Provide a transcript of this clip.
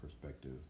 perspective